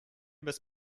bez